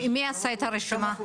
מי עשה את הרשימות?